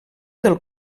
del